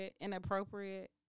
inappropriate